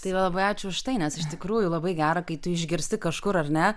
tai va labai ačiū už tai nes iš tikrųjų labai gera kai tu išgirsti kažkur ar ne